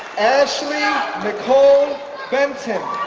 ashley nicole benton